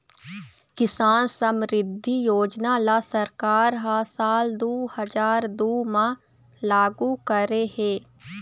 किसान समरिद्धि योजना ल सरकार ह साल दू हजार दू म लागू करे हे